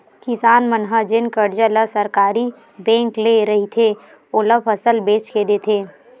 किसान मन ह जेन करजा ल सहकारी बेंक ले रहिथे, ओला फसल बेच के देथे